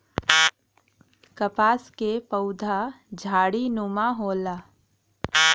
कपास क पउधा झाड़ीनुमा होला